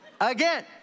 again